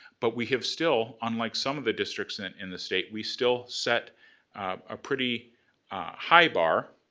but we have still, unlike some of the districts and in the state, we still set a pretty high bar,